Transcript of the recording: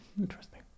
interesting